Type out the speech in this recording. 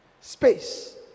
space